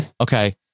Okay